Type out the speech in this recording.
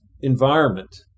environment